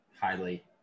highly